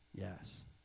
Yes